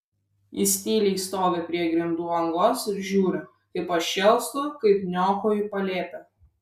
jis tyliai stovi prie grindų angos ir žiūri kaip aš šėlstu kaip niokoju palėpę